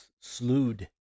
slewed